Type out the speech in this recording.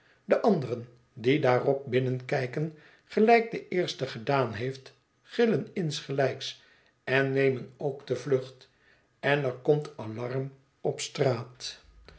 de anderen die daarop binnenkijken gelijk de eerste gedaan heeft gillen insgelijks en nemen ook de vlucht en er komt alarm op straat